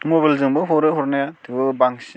मबाइलजोंबो हरो हरनाया थेवबाबो बांसिन